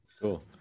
Cool